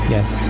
Yes